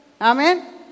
Amen